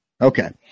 Okay